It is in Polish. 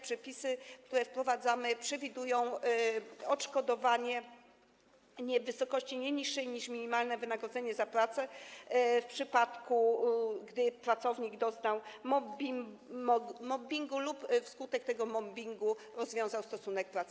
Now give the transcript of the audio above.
Przepisy, które wprowadzamy, przewidują odszkodowanie w wysokości nie niższej niż minimalne wynagrodzenie za pracę w przypadku, gdy pracownik doznał mobbingu lub wskutek tego mobbingu rozwiązał stosunek pracy.